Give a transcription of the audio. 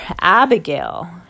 Abigail